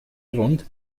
grund